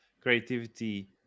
creativity